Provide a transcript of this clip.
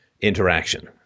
interaction